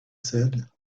said